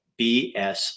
BS